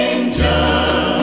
Angel